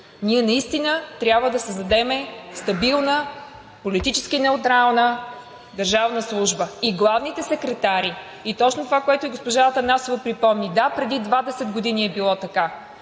Ние наистина трябва да създадем стабилна, политически неутрална държавна служба. И главните секретари, и точно това, което и госпожа Атанасова припомни – да, преди 20 години е било така.